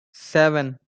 seven